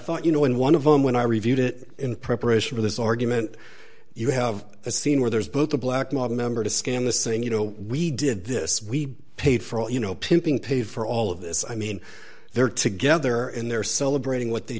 thought you know in one of them when i reviewed it in preparation for this argument you have a scene where there's both a black mob member to scan the saying you know we did this we paid for all you know pimping pay for all of this i mean they're together and they're celebrating what they